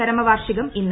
ചരമ വാർഷികം ഇന്ന്